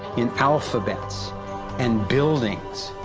in alphabets and buildings.